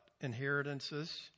inheritances